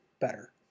better